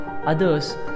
others